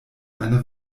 eine